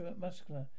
muscular